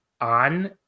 on